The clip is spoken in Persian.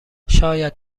شاید